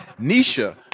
Nisha